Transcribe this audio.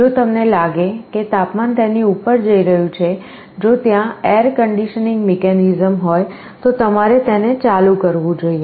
જો તમને લાગે કે તાપમાન તેની ઉપર જઈ રહ્યું છે જો ત્યાં એર કંડિશનિંગ મિકેનિઝમ હોય તો તમારે તેને ચાલુ કરવું જોઈએ